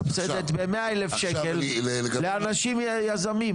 מסבסדת ב-100,000 שקלים לאנשים יזמים.